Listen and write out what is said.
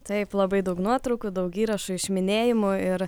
taip labai daug nuotraukų daug įrašų iš minėjimo ir